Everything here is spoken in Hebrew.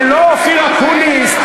זה לא אופיר אקוניס,